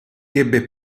ebbe